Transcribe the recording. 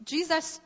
Jesus